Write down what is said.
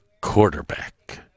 quarterback